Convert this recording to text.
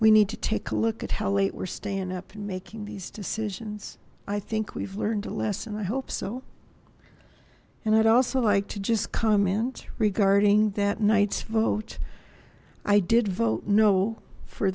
we need to take a look at hell eight were stand up and making these decisions i think we've learned a lesson i hope so and i'd also like to just comment regarding that night's vote i did vote no for